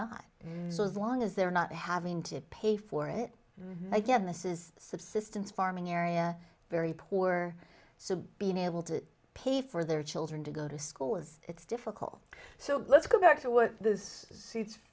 not as long as they're not having to pay for it again this is subsistence farming area very poor so being able to pay for their children to go to school is it's difficult so let's go back to what those seats